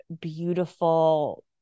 beautiful